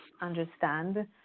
understand